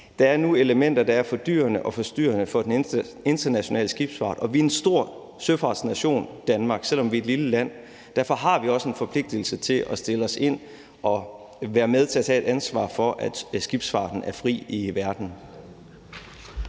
Der er nu elementer, der er fordyrende og forstyrrende for den internationale skibsfart, og vi er en stor søfartsnation, Danmark, selv om vi er et lille land. Derfor har vi også en forpligtigelse til at stille os ind og være med til at tage et ansvar for, at skibsfarten i verden